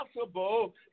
possible